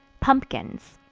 pumpkins.